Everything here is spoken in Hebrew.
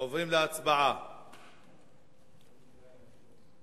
מבקשים להצביע על בקשת ועדת החוקה,